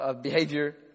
behavior